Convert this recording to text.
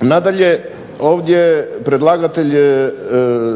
Nadalje, ovdje predlagatelj